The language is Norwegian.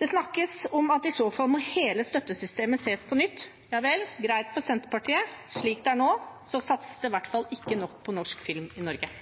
Det snakkes om at i så fall må hele støttesystemet ses på på nytt. Ja vel, greit for Senterpartiet. Slik det er nå, satses det i hvert fall ikke nok på norsk film i Norge.